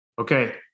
Okay